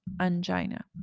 angina